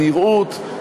הנראות,